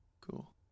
Cool